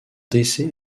décès